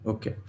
Okay